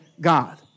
God